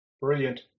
Brilliant